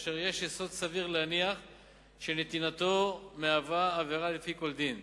אשר יש יסוד סביר להניח שנתינתו מהווה עבירה לפי כל דין,